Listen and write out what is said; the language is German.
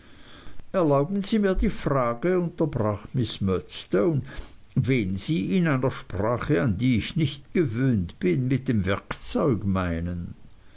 erlauben sie mir die frage unterbrach miß murdstone wen sie in einer sprache an die ich nicht gewöhnt bin mit dem werkzeug meinen